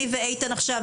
אני ואיתן עכשיו,